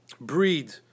breed